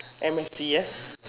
M_S_T_F